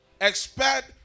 Expect